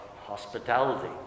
hospitality